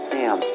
Sam